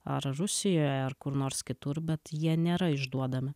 ar rusijoje ar kur nors kitur bet jie nėra išduodami